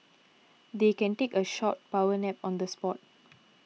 they can take a short power nap on the spot